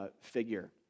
figure